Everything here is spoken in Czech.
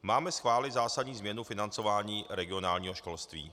Máme schválit zásadní změnu financování regionálního školství.